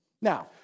Now